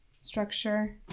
structure